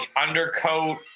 undercoat